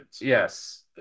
Yes